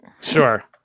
Sure